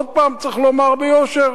עוד פעם צריך לומר ביושר,